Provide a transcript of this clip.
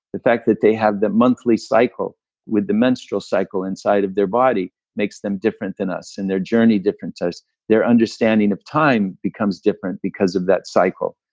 the fact that they have the monthly cycle with the menstrual cycle inside of their body makes them different than us, and their journey different to us. their understanding of time becomes different because of that cycle.